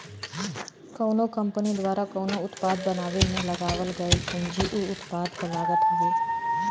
कउनो कंपनी द्वारा कउनो उत्पाद बनावे में लगावल गयल पूंजी उ उत्पाद क लागत हउवे